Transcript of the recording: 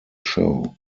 show